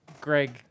Greg